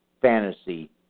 fantasy